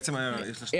הערה.